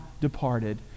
departed